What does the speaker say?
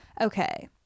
okay